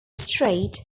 straight